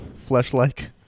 Flesh-like